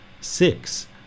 Six